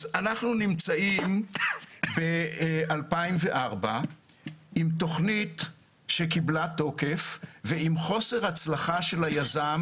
אנחנו נמצאים ב-2004 עם תכנית שקיבלה תוקף אבל עם חוסר הצלחה של היזם